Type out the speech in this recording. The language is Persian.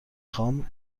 خوای